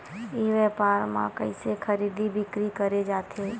ई व्यापार म कइसे खरीदी बिक्री करे जाथे?